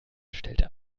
stellte